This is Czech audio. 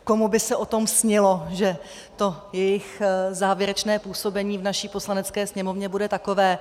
Komu by se o tom snilo, že to jejich závěrečné působení v naší Poslanecké sněmovně bude takové.